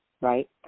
right